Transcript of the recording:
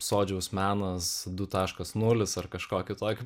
sodžiaus menas du taškas nulis ar kažkokį tokį